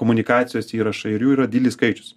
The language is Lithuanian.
komunikacijos įrašai ir jų yra didelis skaičius